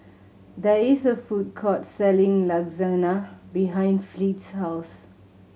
there is a food court selling Lasagna behind Fleet's house